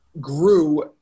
grew